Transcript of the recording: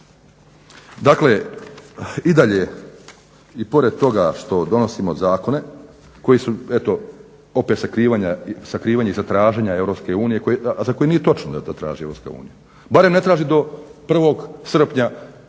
Dakle i dalje pored toga što donosimo zakone koji su eto opet sakriveni iza traženja Europske unije, a za koji nije točno da to traži Europska unija, barem ne traži do 1.srpnja